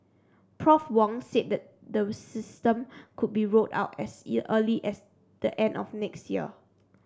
Prof Wong said the the system could be rolled out as early as the end of next year